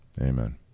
Amen